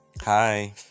Hi